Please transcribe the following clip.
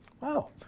Wow